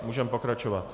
Můžeme pokračovat.